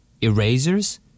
Erasers